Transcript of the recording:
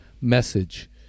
message